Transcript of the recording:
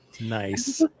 Nice